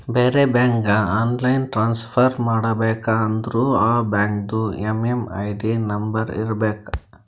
ಬೇರೆ ಬ್ಯಾಂಕ್ಗ online transfer ಮಾಡಬೇಕ ಅಂದುರ್ ಆ ಬ್ಯಾಂಕ್ದು ಎಮ್.ಎಮ್.ಐ.ಡಿ ನಂಬರ್ ಇರಬೇಕ